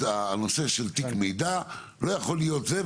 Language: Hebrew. הנושא של תיק מידע לא יכול להיות זה,